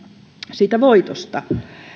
siitä voitosta